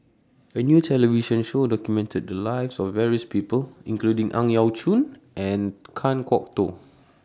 A New television Show documented The Lives of various People including Ang Yau Choon and Kan Kwok Toh